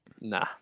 nah